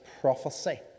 prophecy